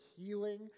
healing